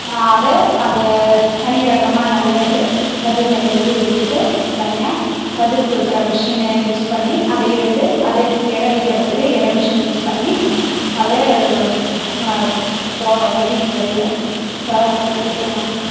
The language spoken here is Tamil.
அதை அதை தனி ரகமாக நல்ல நெல்லு கதிர் நெல்லு பிரிக்கிறத்துக்கு தனியாக கதிர் தூத்துகிற மிஷினை யூஸ் பண்ணி அதை எடுத்து அதை எடை வைக்கிறத்துக்கு எடை மிஷின் யூஸ் பண்ணி அதை ம பொ நெல் விதைய விற்கிறோம்